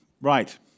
right